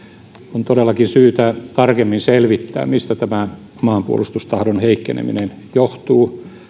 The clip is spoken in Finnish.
on todellakin syytä tarkemmin selvittää mistä tämä maanpuolustustahdon heikkeneminen johtuu